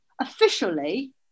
Officially